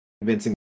convincing